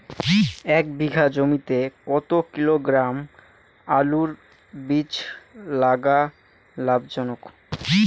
এক বিঘা জমিতে কতো কিলোগ্রাম আলুর বীজ লাগা লাভজনক?